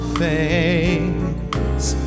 face